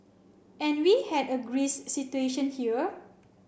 and we had a Greece situation here